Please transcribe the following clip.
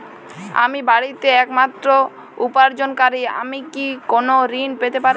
আমি বাড়িতে একমাত্র উপার্জনকারী আমি কি কোনো ঋণ পেতে পারি?